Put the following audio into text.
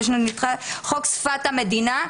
חוק שפת המדינה,